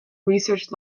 research